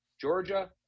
Georgia